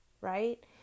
right